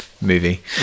movie